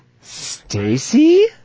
Stacy